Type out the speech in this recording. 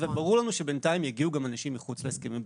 ברור לנו גם שבינתיים יגיעו גם אנשים מחוץ להסכמים הבילטרליים.